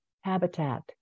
habitat